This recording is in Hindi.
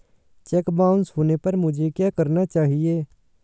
चेक बाउंस होने पर मुझे क्या करना चाहिए?